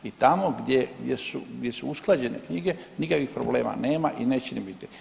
I tamo gdje su usklađene knjige nikakvih problema nema i neće ni biti.